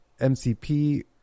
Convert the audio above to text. MCP